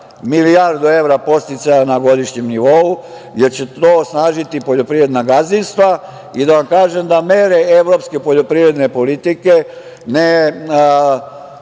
milijardu evra podsticaja na godišnjem nivou, jer će to osnažiti poljoprivredna gazdinstva, i da vam kažem da mere evropske poljoprivredne politike ne